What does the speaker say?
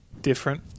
different